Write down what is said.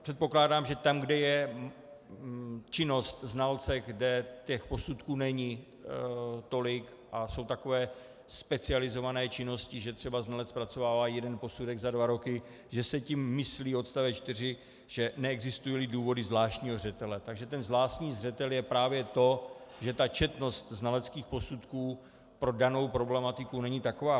Předpokládám, že tam, kde je činnost znalce, kde těch posudků není tolik, a jsou takové specializované činnosti, že třeba znalec zpracovává jeden posudek za dva roky, že se tím myslí odst. 4, že neexistujíli důvody zvláštního zřetele, tak že ten zvláštní zřetel je právě to, že ta četnost znaleckých posudků pro danou problematiku není taková.